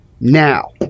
now